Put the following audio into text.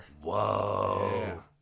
Whoa